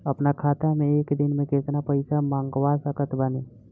अपना खाता मे एक दिन मे केतना पईसा मँगवा सकत बानी?